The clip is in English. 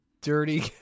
dirty